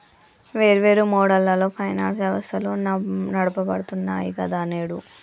వేర్వేరు మోడళ్లలో ఫైనాన్స్ వ్యవస్థలు నడపబడుతున్నాయి గదా నేడు